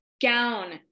gown